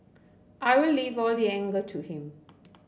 I will leave all the anger to him